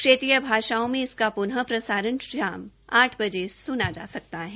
क्षेत्रीय भाषाओं में सका पुनः प्रसारण शाम आठ बजे से सुना जा सकता है